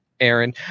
Aaron